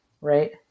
right